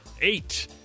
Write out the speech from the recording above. Eight